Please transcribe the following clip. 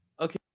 okay